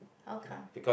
how come